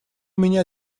меня